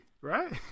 right